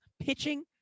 pitching